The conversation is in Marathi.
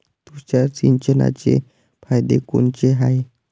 तुषार सिंचनाचे फायदे कोनचे हाये?